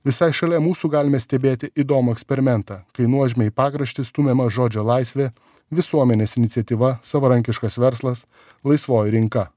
visai šalia mūsų galime stebėti įdomų eksperimentą kai nuožmiai į pakraštį stumiama žodžio laisvė visuomenės iniciatyva savarankiškas verslas laisvoji rinka